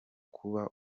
kuba